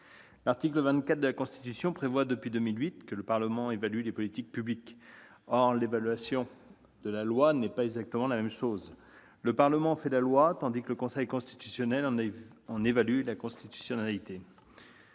L'article 24 de la Constitution dispose, depuis 2008, que le Parlement « évalue les politiques publiques ». Or l'évaluation de la loi n'est pas exactement la même chose : le Parlement fait la loi, tandis que le Conseil constitutionnel en évalue la constitutionnalité.